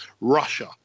Russia